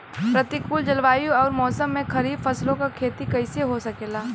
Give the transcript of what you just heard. प्रतिकूल जलवायु अउर मौसम में खरीफ फसलों क खेती कइसे हो सकेला?